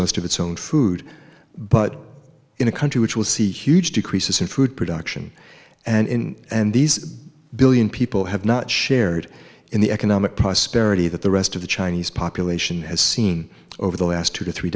of its own food but in a country which will see huge decreases in food production and these billion people have not shared in the economic prosperity that the rest of the chinese population has seen over the last two to three